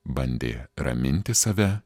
bandė raminti save